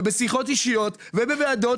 ובשיחות אישיות ובוועדות,